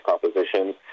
composition